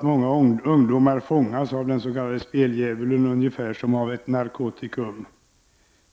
Många ungdomar fångas av den s.k. speldjävulen ungefär som av ett narkotikum.